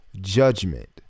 judgment